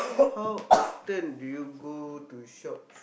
how often do you go to shop